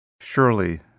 Surely